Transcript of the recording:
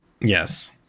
Yes